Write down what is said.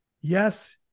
yes